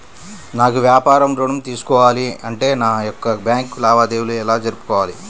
నాకు వ్యాపారం ఋణం తీసుకోవాలి అంటే నా యొక్క బ్యాంకు లావాదేవీలు ఎలా జరుపుకోవాలి?